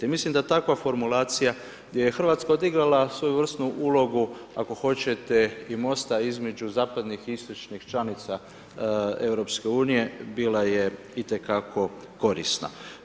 I mislim da takva formulacija gdje je Hrvatska odigrala svojevrsnu ulogu ako hoćete i mosta između zapadnih i istočnih članica EU bila je itekako korisna.